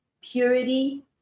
purity